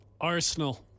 Arsenal